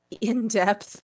in-depth